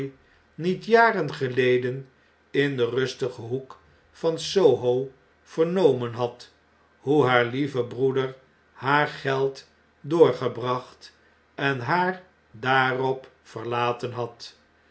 niet jaren geleden in den rustigen hoek van s o h o vernomen had hoe haar lieve broeder haar geld doorgebracht en haar daarop verlaten had